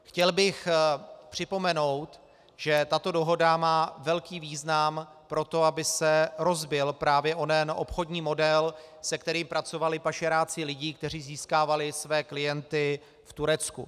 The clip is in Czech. Chtěl bych připomenout, že tato dohoda má velký význam pro to, aby se rozbil právě onen obchodní model, se kterým pracovali pašeráci lidí, kteří získávali své klienty v Turecku.